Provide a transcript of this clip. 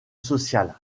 social